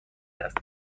است